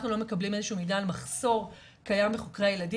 לא מקבלים איזה שהוא מידע על מחוסר שקיים בחוקרי הילדים,